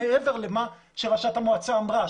מעבר למה שראשת המועצה אמרה,